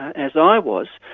as i was,